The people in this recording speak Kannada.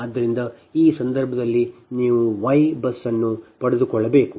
ಆದ್ದರಿಂದ ಈ ಸಂದರ್ಭದಲ್ಲಿ ನೀವು Y BUS ಅನ್ನು ಪಡೆದುಕೊಳ್ಳಬೇಕು